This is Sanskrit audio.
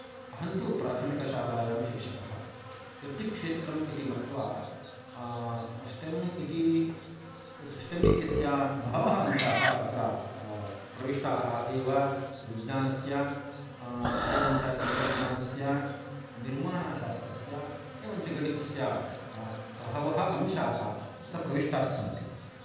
अहन्तु प्राथमिकशालायां शिक्षकः वृत्तिक्षेत्रमिति मत्वा स्टेम् इति स्टेम् इत्यस्य बहवः अंशाः तत्र प्रविष्टाः एव विज्ञानस्य एवञ्च तन्त्रज्ञानस्य निर्माणशास्त्रस्य एवञ्च गणितस्य बहवः अंशाः तत्र प्रविष्टास्सन्ति